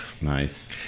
Nice